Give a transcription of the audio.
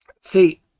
See